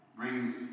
brings